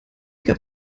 gab